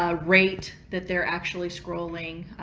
ah rate that they're actually scrolling,